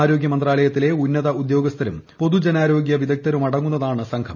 ആരോഗ്യ മന്ത്രാലയത്തിലെ ഉന്നത ഉദ്യോഗസ്ഥരും പൊതുജനാരോഗൃ ക്രവിദഗ്ധരുമടങ്ങുന്നതാണ് സംഘം